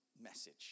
message